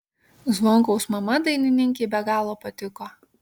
zvonkaus mama dainininkei be galo patiko